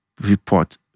report